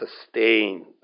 sustained